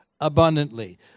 abundantly